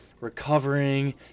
recovering